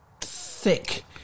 thick